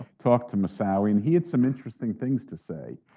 talked to moussaoui. and he had some interesting things to say.